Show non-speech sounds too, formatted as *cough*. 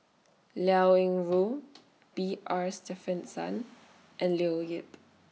Liao Yingru *noise* B R Sreenivasan and Leo Yip